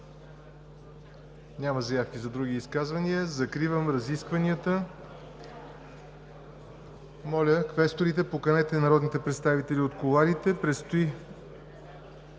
Няма заявки за други изказвания. Закривам разискванията. Моля, квесторите, поканете народните представители от кулоарите. Предстои